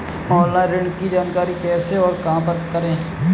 Online ऋण की जानकारी कैसे और कहां पर करें?